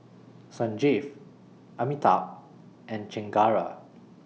Sanjeev Amitabh and Chengara